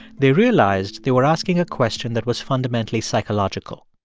they realized they were asking a question that was fundamentally psychological.